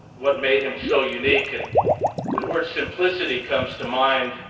what made him so unique and the word, simplicity comes to mind.